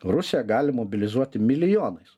rusija gali mobilizuoti milijonais